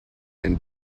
and